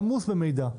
עמוס מאוד במידע.